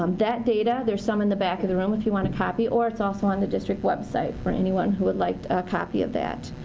um that data, there's some in the back of the room if you want a copy, or it's also on the district website for anyone that would like a copy of that.